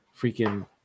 freaking